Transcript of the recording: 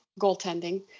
goaltending